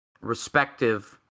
respective